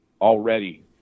already